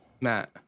Matt